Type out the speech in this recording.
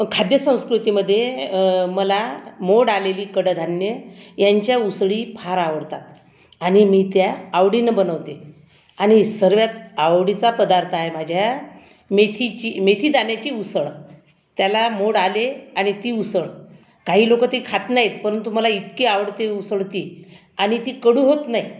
खाद्यसंस्कृतीमध्ये मला मोड आलेली कडधान्ये यांच्या उसळी फार आवडतात आणि मी त्या आवडीनं बनवते आणि सगळ्यात आवडीचा पदार्थ आहे माझ्या मेथीची मेथी दाणेची उसळ त्याला मोड आले आणि ती उसळ काही लोक ते खात नाहीत परंतु मला इतकी आवडते उसळ ती आणि ती कडू होत नाही